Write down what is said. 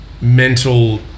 mental